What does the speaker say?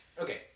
Okay